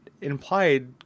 implied